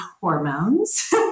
hormones